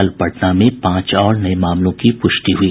कल पटना में पांच और नये मामलों की पुष्टि हुई